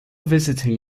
visiting